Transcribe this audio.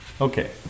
Okay